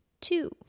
two